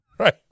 right